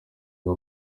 ngo